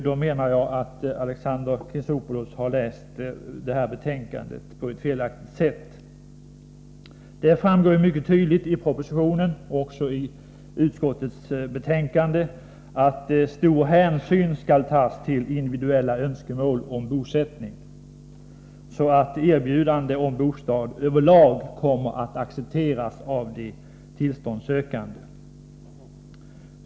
Jag menar att Alexander Chrisopoulos då har läst det här betänkandet på ett felaktigt sätt. Det framgår mycket tydligt av propositionen, och också av utskottets betänkande, att stor hänsyn skall tas till individuella önskemål om bosättning, så att erbjudande om bostad överlag kommer att accepteras av de tillståndssökande.